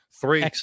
Three